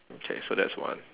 okay so that's one